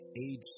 Age